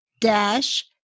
dash